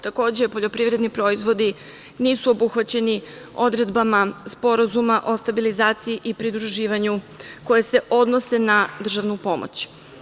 Takođe, poljoprivredni proizvodi nisu obuhvaćeni odredbama Sporazuma o stabilizaciji i pridruživanju koje se odnose na državnu pomoć.